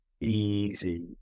easy